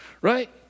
Right